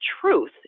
truth